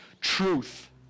truth